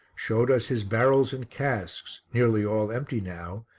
showed us his barrels and casks, nearly all empty now,